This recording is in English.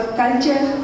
culture